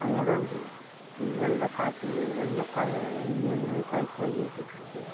அதனால் வந்து நீங்கள் நல்ல காச்சலு நல்லா கா அருமையான காய்ப்புலாம் ஏற்பட்டிருக்கு